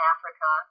Africa